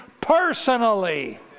personally